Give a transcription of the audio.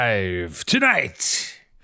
Tonight